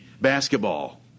basketball